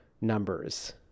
numbers